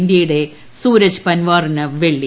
ഇന്ത്യയുടെ സൂരജ് പൻവാറിന് വെള്ളി